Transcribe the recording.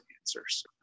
answers